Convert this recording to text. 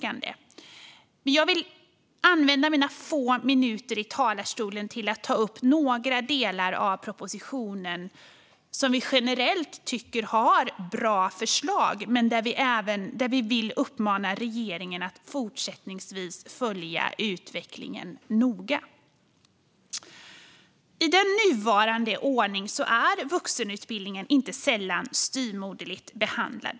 Vi tycker att propositionen generellt innehåller bra förslag, men jag ska använda mina få minuter i talarstolen till att ta upp några delar där vi uppmanar regeringen att fortsättningsvis följa utvecklingen noga. I den nuvarande ordningen är vuxenutbildningen inte sällan styvmoderligt behandlad.